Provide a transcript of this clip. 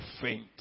faint